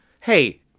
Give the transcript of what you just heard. Hey